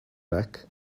back